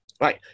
right